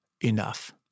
enough